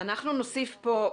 אנחנו נוסיף פה,